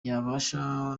yabasha